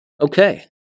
Okay